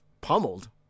pummeled